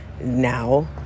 now